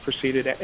proceeded